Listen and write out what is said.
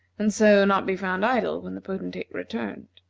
and so not be found idle when the potentate returned.